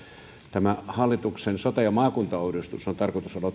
tämä hallituksen sote ja maakuntauudistus on tarkoitus aloittaa